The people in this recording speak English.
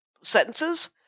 sentences